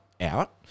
out